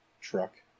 truck